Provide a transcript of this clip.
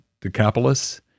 Decapolis